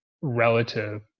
relative